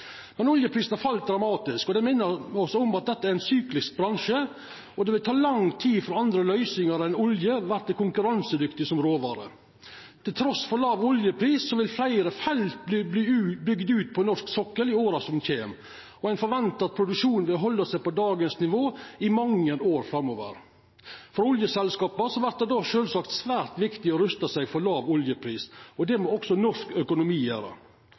Men oljeprisen har falle dramatisk. Det minner oss om at dette er ein syklisk bransje, og det vil ta lang tid før andre løysingar enn olje vert konkurransedyktige som råvarer. Trass i låg oljepris vil fleire felt verta bygde ut på norsk sokkel i åra som kjem, og ein forventar at produksjonen vil halda seg på dagens nivå i mange år framover. For oljeselskapa vert det då sjølvsagt svært viktig å rusta seg for låg oljepris, og det må også norsk økonomi gjera.